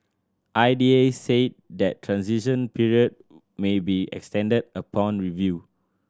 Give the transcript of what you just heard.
I D A said the transition period may be extended upon review